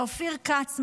לאופיר כץ,